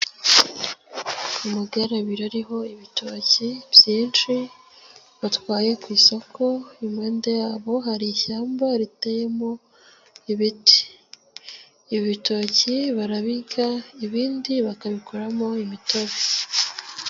Amagare abiri ariho ibitoki byinshi batwaye ku isoko, impande yabo hari ishyamba riteyemo ibiti, ibitoki barabirya, ibindi bakabikoramo imitobe.